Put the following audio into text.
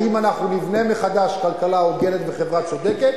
האם אנחנו נבנה מחדש כלכלה הוגנת וחברה צודקת,